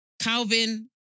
Calvin